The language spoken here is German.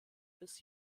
bis